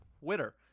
Twitter